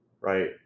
right